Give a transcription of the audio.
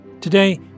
Today